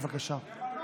בבקשה.